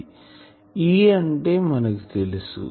E అంటే మనకు తెలుసూ